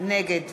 נגד